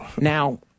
Now-